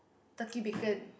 turkey bacon